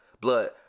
blood